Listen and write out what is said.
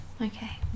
okay